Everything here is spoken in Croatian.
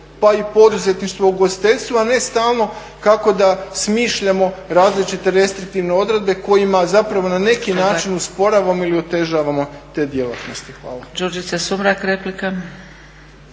a i poduzetništvo i ugostiteljstvo, a ne stalno kako da smišljamo različite restriktivne odredbe kojima zapravo na neki način usporavamo ili otežavamo te djelatnosti. Hvala.